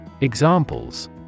Examples